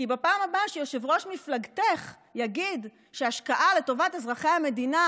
כי בפעם פעם הבאה שיושב-ראש מפלגתך יגיד שהשקעה לטובת אזרחי המדינה,